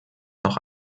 noch